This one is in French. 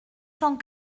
cent